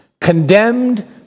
Condemned